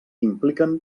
impliquen